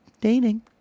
dating